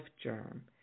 germ